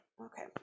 Okay